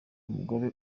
umugore